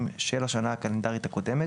השנה הקלנדרית הקודמת,